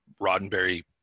Roddenberry